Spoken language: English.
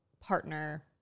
partner